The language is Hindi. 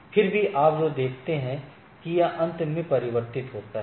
फिर भी आप जो देखते हैं कि यह अंत में परिवर्तित होता है